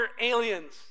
aliens